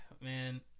Man